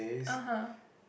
(uh huh)